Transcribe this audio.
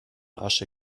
asche